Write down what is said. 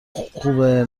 خوبه